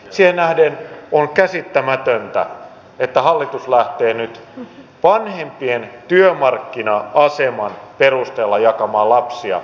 siihen nähden on käsittämätöntä että hallitus lähtee nyt vanhempien työmarkkina aseman perusteella jakamaan lapsia eri ryhmiin